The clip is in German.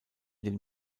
den